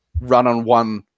run-on-one